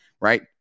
right